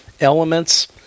elements